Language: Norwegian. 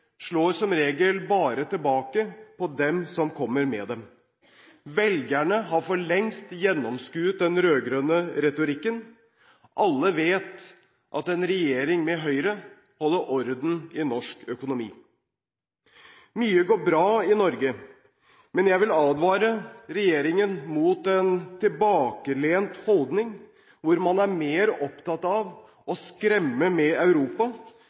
slår som regel tilbake bare på dem som kommer med dem. Velgerne har for lengst gjennomskuet den rød-grønne retorikken. Alle vet at en regjering med Høyre holder orden i norsk økonomi. Mye går bra i Norge, men jeg vil advare regjeringen mot en tilbakelent holdning, hvor man er mer opptatt av å skremme med Europa